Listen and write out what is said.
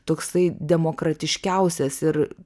toksai demokratiškiausias ir